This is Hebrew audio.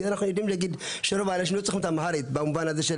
אנחנו יודעים להגיד שהיום האנשים לא צריכים את האמהרית במובן הזה,